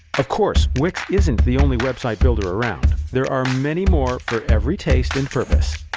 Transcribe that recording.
of course, wix isn't the only website builder around. there are many more for every taste and purpose.